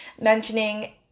mentioning